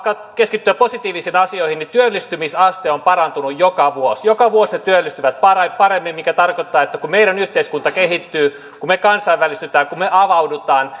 keskittyä positiivisiin asioihin työllistymisaste on parantunut joka vuosi joka vuosi he työllistyvät paremmin paremmin mikä tarkoittaa että kun meidän yhteiskuntamme kehittyy kun me kansainvälistymme kun me avaudumme